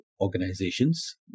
organizations